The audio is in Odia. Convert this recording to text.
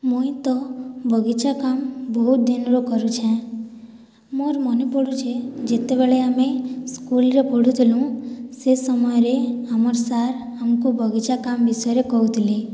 ମୁଇଁ ତ ବଗିଚା କାମ୍ ବହୁତ୍ ଦିନ୍ରୁ କରୁଛେଁ ମୋର୍ ମନେପଡ଼ୁଛେ ଯେତେବେଳେ ଆମେ ସ୍କୁଲ୍ରେ ପଢ଼ୁଥିନୁ ସେ ସମୟରେ ଆମର୍ ସାର୍ ଆମ୍କୁ ବଗିଚା କାମ୍ ବିଷୟରେ କହୁଥିଲେ